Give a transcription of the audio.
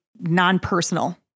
non-personal